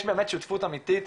יש באמת שותפות אמיתית